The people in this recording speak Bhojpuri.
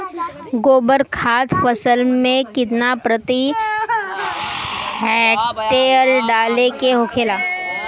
गोबर खाद फसल में कितना प्रति हेक्टेयर डाले के होखेला?